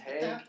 take